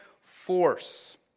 force